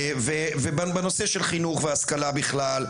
ובנושא של חינוך והשכלה בכלל,